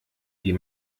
die